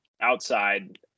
outside